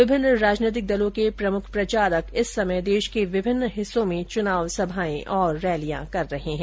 विभिन्न राजनीतिक दलों के प्रमुख प्रचारक इस समय देश के विभिन्न हिस्सों में चुनाव सभाएं और रैलियां कर रहे हैं